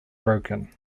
broken